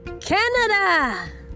Canada